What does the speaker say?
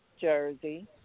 Jersey